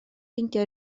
ffeindio